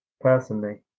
personally